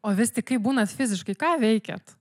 o vis tik kai būnat fiziškai ką veikiat